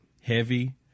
heavy